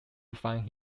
find